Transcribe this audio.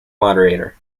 moderator